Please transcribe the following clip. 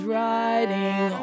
riding